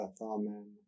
Amen